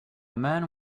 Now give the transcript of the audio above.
man